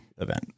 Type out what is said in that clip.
event